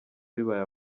bibaye